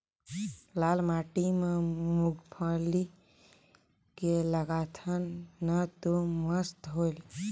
लाल माटी म मुंगफली के लगाथन न तो मस्त होयल?